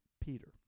Peter